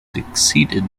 succeeded